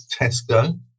Tesco